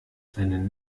seinen